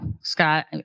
Scott